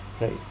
right